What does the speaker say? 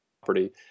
property